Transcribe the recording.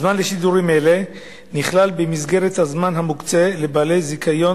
הזמן לשידורים אלה נכלל במסגרת הזמן המוקצה לבעלי זיכיון